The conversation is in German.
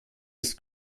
ist